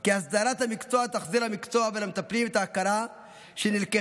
כי הסדרת המקצוע תחזיר למקצוע ולמטפלים את ההכרה שנלקחה